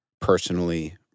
personally